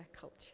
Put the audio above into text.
culture